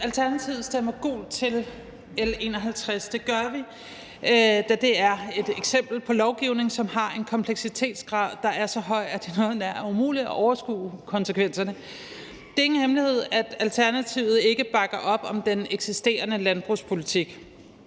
Alternativet stemmer gult til L 51. Det gør vi, da det er et eksempel på lovgivning, som har en kompleksitetsgrad, der er så høj, at det er noget nær umuligt at overskue konsekvenserne. Det er ingen hemmelighed, at Alternativet ikke bakker op om den eksisterende landbrugspolitik.